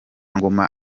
ngoma